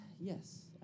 Yes